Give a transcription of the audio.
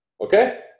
okay